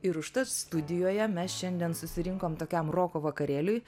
ir užtat studijoje mes šiandien susirinkom tokiam roko vakarėliui